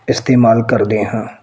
ਇਸਤੇਮਾਲ ਕਰਦੇ ਹਾਂ